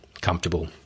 comfortable